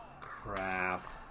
Crap